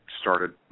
started